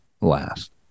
last